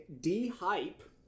D-hype